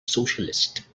socialist